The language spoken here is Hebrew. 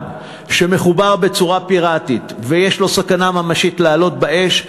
שמחובר בצורה פיראטית ויש סכנה ממשית שהוא יעלה באש,